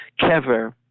kever